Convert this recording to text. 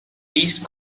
east